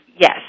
Yes